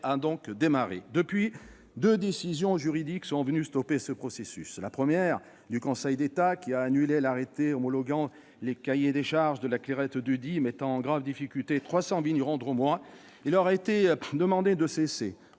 a donc démarré. Depuis lors, deux décisions juridiques sont venues stopper ce processus. La première est celle du Conseil d'État, qui a annulé l'arrêté homologuant le cahier des charges de la Clairette de Die, mettant en graves difficultés trois cents vignerons drômois. Il leur a été demandé de cesser